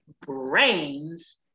Brains